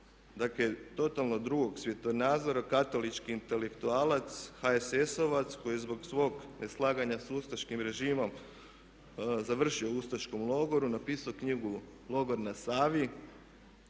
dakle totalno drugog svjetonazora, katolički intelektualac HSS-ovac koji je zbog svog neslaganja s ustaškim režimom završio u ustaškom logoru, napisao knjigu "Logor na Savi"